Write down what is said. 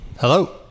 Hello